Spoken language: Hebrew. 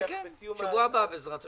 כן, שבוע הבא, בעזרת השם.